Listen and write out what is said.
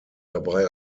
dabei